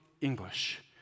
English